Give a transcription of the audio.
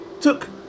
took